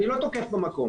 אני לא תוקף במקום.